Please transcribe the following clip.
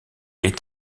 est